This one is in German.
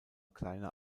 kleiner